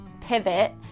pivot